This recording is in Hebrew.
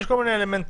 יש כל מיני אלמנטים,